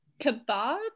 kebab